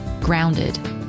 grounded